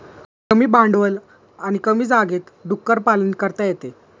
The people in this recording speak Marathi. कमी भांडवल आणि कमी जागेत डुक्कर पालन करता येते